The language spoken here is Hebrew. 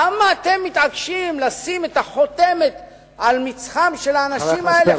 למה אתם מתעקשים לשים את החותמת על מצחם של האנשים האלה,